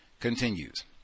Continues